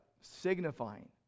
signifying